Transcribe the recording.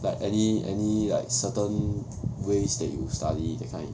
like any any like certain ways that you study that kind